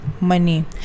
money